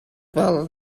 will